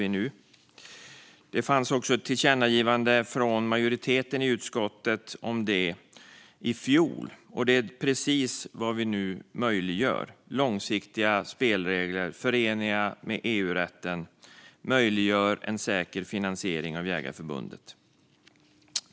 Majoriteten i utskottet stod bakom ett tillkännagivande om detta i fjol, och det är precis det vi nu möjliggör: Långsiktiga spelregler som är förenliga med EU-rätten möjliggörs av en säker finansiering av Jägareförbundet.